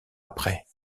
après